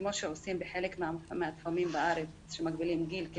כמו שעושים בחלק מהתחומים בארץ, שמגבילים גיל.